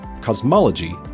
cosmology